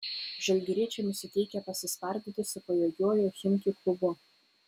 žalgiriečiai nusiteikę pasispardyti su pajėgiuoju chimki klubu